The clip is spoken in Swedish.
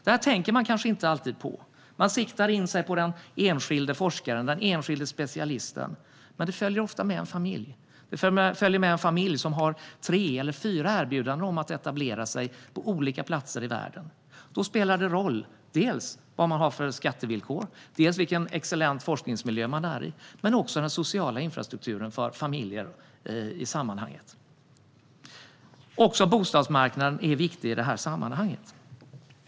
Vi tänker kanske inte alltid på detta eftersom vi siktar in oss på den enskilde forskaren eller specialisten. Men det följer ofta med en familj, och kanske har man fått tre eller fyra erbjudanden om att etablera sig på olika platser i världen. Då spelar det roll vilka skattevillkor man har, vilken excellent forskningsmiljö man är i och vilken social infrastruktur det finns för familjen. Även bostadsmarknaden är viktig i detta sammanhang.